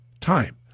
time